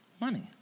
money